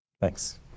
Thanks